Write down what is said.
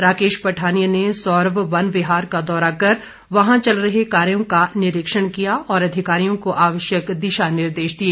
राकेश पठानिया ने सौरभ वन विहार का दौरा कर वहां चल रहे कार्यों का निरीक्षण किया और अधिकारियों को आवश्यक दिशा निर्देश दिए